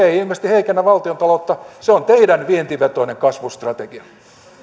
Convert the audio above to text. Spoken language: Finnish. ei ilmeisesti heikennä valtiontaloutta se on teidän vientivetoinen kasvustrategianne